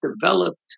developed